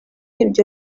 ibyo